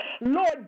Lord